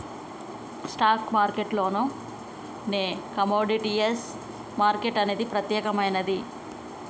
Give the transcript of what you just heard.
stock మార్కెట్టులోనే commodities market అనేది ప్రత్యేకమైనది